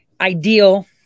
ideal